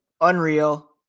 unreal